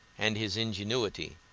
and his ingenuity